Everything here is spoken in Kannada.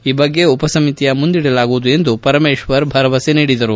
ಈ ಬಗ್ಗೆ ಉಪ ಸಮಿತಿಯ ಮುಂದಿಡಲಾಗುವುದು ಎಂದು ಪರಮೇಶ್ವರ್ ಭರವಸೆ ನೀಡಿದರು